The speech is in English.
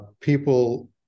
People